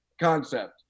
concept